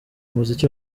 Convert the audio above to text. muziki